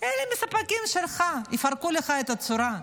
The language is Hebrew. אלא מספקים שלך, יפרקו לך את הצורה.